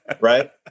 right